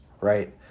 Right